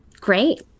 Great